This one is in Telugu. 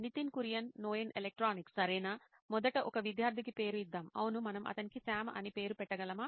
నితిన్ కురియన్ COO నోయిన్ ఎలక్ట్రానిక్స్ సరేనా మొదట ఒక విద్యార్థికి పేరు ఇద్దాం అవును మనం అతనికి సామ్ అని పేరు పెట్టగలమా